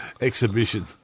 Exhibition